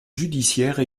judiciaire